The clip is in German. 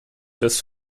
des